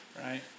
Right